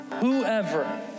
whoever